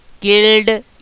killed